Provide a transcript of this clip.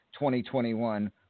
2021